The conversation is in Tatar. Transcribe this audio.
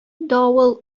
давыл